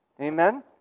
Amen